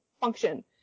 function